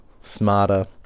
smarter